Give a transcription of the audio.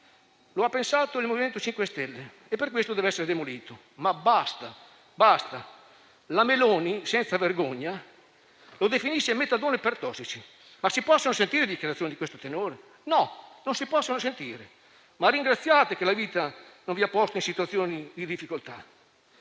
Lo ha pensato il MoVimento 5 Stelle e per questo deve essere demolito. Ma basta, basta. La Meloni, senza vergogna, lo definisce metadone per tossici. Ma si possono sentire dichiarazioni di questo tenore? No, non si possono sentire. Ringraziate che la vita non vi abbia posto in situazioni di difficoltà.